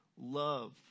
love